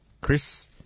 Chris